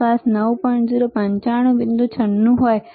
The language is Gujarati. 095 બિંદુ 96 હોય